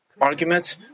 arguments